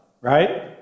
right